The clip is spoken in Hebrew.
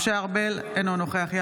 אינו נוכח משה ארבל,